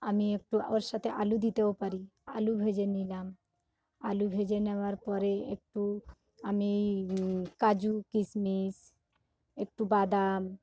আমি একটু ওর সাথে আলু দিতেও পারি আলু ভেজে নিলাম আলু ভেজে নেওয়ার পরে একটু আমি কাজু কিশমিশ একটু বাদাম